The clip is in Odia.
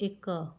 ଏକ